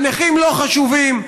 הנכים לא חשובים.